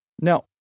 Now